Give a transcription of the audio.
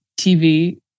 TV